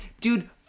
Dude